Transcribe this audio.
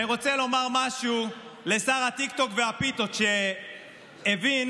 אני רוצה לומר משהו לשר הטיקטוק והפיתות, שהבין